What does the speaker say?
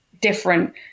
different